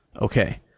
Okay